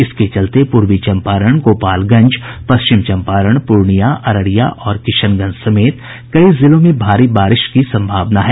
इसके चलते पूर्वी चम्पारण गोपालगंज पश्चिम चम्पारण पूर्णियां अररिया और किशनगंज समेत कई जिलों में भारी बारिश की सम्भावना है